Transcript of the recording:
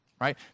right